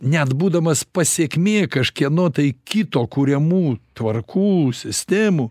net būdamas pasekmė kažkieno tai kito kuriamų tvarkų sistemų